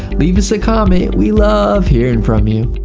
leave us a comment we love hearing from you.